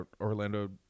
Orlando